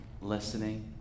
listening